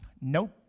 nope